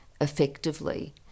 effectively